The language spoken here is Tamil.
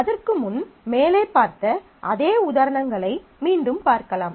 அதற்கு முன் மேலே பார்த்த அதே உதாரணங்களை மீண்டும் பார்க்கலாம்